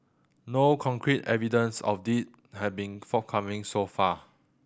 no concrete evidence of they has been forthcoming so far